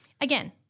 again